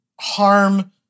harm